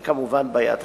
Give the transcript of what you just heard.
זו כמובן בעיה תקציבית.